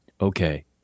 okay